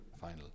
final